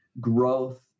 growth